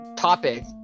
topic